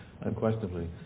Unquestionably